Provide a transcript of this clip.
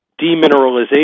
demineralization